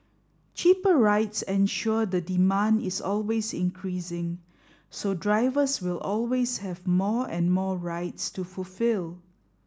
cheaper rides ensure the demand is always increasing so drivers will always have more and more rides to fulfil